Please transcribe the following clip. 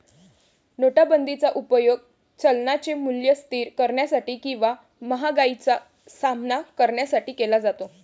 नोटाबंदीचा उपयोग चलनाचे मूल्य स्थिर करण्यासाठी किंवा महागाईचा सामना करण्यासाठी केला जातो